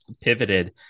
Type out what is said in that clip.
pivoted